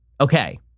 okay